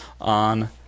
on